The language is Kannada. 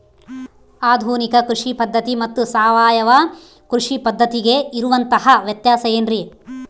ಆಧುನಿಕ ಕೃಷಿ ಪದ್ಧತಿ ಮತ್ತು ಸಾವಯವ ಕೃಷಿ ಪದ್ಧತಿಗೆ ಇರುವಂತಂಹ ವ್ಯತ್ಯಾಸ ಏನ್ರಿ?